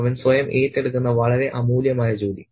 അവൻ സ്വയം ഏറ്റെടുക്കുന്ന വളരെ അമൂല്യമായ ജോലി